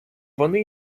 вони